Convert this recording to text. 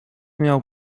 miał